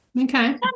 Okay